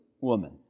woman